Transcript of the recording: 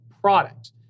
product